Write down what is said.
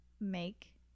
make